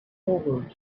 over